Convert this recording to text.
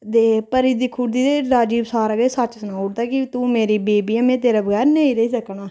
ते परी दिक्खी उड़दी ते राजीव सारा किश सच्च सनाई उड़दा कि तूं मेरी बीबी ऐं मैं तेरे बगैरा नेईं रेही सकनां